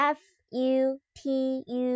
f-u-t-u